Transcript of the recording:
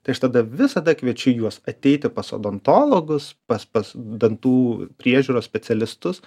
tai aš tada visada kviečiu juos ateiti pas odontologus pas pas dantų priežiūros specialistus